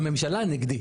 הממשלה נגדי.